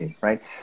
right